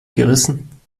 gerissen